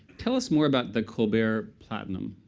tell us more about the colbert platinum.